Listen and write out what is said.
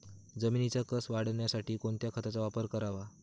जमिनीचा कसं वाढवण्यासाठी कोणत्या खताचा वापर करावा?